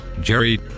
Jerry